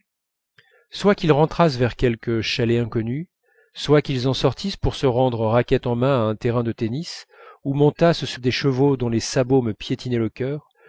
soit qu'ils rentrassent vers quelque chalet inconnu soit qu'ils en sortissent pour se rendre raquette en mains à un terrain de tennis ou montassent sur des chevaux dont les sabots me piétinaient le cœur